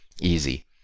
Easy